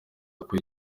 uko